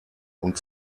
und